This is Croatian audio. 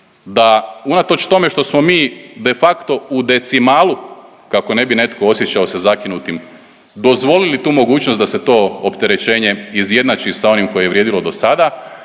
da unatoč tome što smo mi de facto u decimalu, kako ne bi netko se osjećao se zakinutim dozvolili tu mogućnost da se to opterećenje izjednači sa onim koje je vrijedilo do sada,